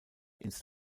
ins